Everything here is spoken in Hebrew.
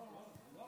לא.